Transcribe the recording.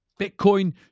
Bitcoin